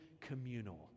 communal